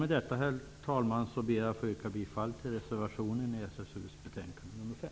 Med detta ber jag att få yrka bifall till reservationen i SfU:s betänkande 5.